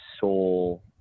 soul